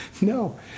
No